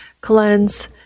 cleanse